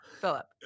Philip